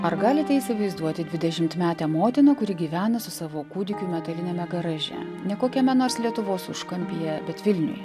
ar galite įsivaizduoti dvidešimtmetę motiną kuri gyvena su savo kūdikiu metaliniame garaže ne kokiame nors lietuvos užkampyje bet vilniuje